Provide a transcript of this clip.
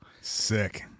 Sick